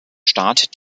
staat